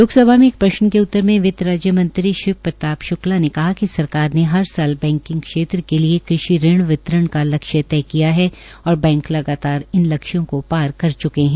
लोकसभा में एक प्रश्न के उत्तर में वित्त राज्य मंत्री शिव प्रताप शुक्ला ने कहा कि सरकार ने हर साल बैकिंग क्षेत्र के लिए कृषि ऋण वितरण का लक्ष्य तय किया है और बैंक लगातार इन लक्ष्यों को पार कर च्के है